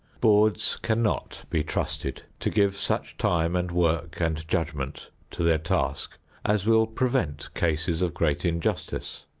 boards cannot be trusted to give such time and work and judgment to their task as will prevent cases of great injustice.